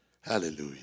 Hallelujah